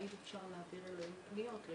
האם אפשר להעביר אליהם פניות.